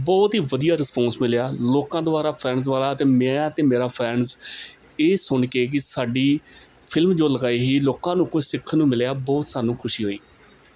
ਬਹੁਤ ਹੀ ਵਧੀਆ ਰਿਸਪਾਂਸ ਮਿਲਿਆ ਲੋਕਾਂ ਦੁਆਰਾ ਫਰੈਂਡਸ ਦੁਆਰਾ ਅਤੇ ਮੈਂ ਤੇ ਮੇਰਾ ਫਰੈਂਡਸ ਇਹ ਸੁਣ ਕੇ ਕੀ ਸਾਡੀ ਫਿਲਮ ਜੋ ਲਗਾਈ ਸੀ ਲੋਕਾਂ ਨੂੰ ਕੁਝ ਸਿੱਖਣ ਨੂੰ ਮਿਲਿਆ ਬਹੁਤ ਸਾਨੂੰ ਖੁਸ਼ੀ ਹੋਈ